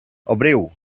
obriu